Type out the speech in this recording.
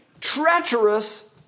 treacherous